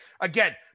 Again